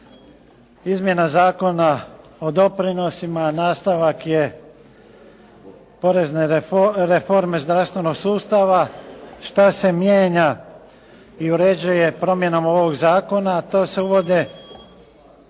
Izmjena Zakona o doprinosima nastavak je porezne reforme zdravstvenog sustava, što se mijenja i uređuje promjenom ovoga zakona.